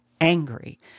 angry